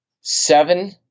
seven